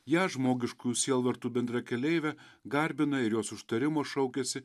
ją žmogiškųjų sielvartų bendrakeleivę garbina ir jos užtarimo šaukiasi